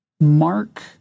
mark